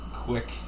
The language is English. quick